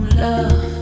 love